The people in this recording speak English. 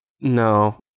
No